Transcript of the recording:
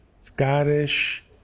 Scottish